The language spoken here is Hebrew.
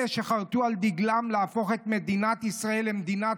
אלה שחרתו על דגלם להפוך את מדינת ישראל למדינת